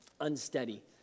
unsteady